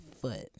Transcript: foot